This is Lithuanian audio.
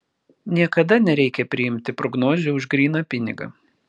niekada nereikia priimti prognozių už gryną pinigą